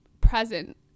present